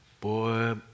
Boy